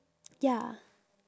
ya